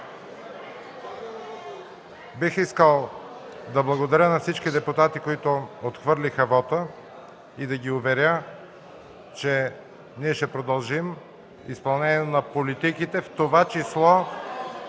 Бих искал да благодаря на всички депутати, които отхвърлиха вота и да ги уверя, че ние ще продължим изпълнение на политиките, в това число